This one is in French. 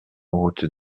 route